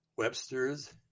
Webster's